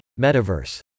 Metaverse